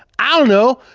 i don't know.